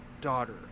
daughter